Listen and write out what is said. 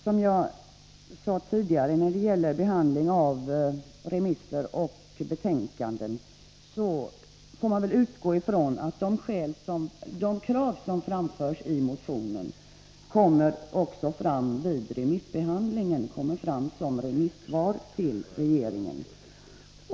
Som jag sade tidigare får man väl, när det gäller behandling av remisser och betänkanden, utgå från att de krav som framförs i motionen också kommer fram vid remissbehandlingen som remissvar till regeringen.